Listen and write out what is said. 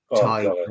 type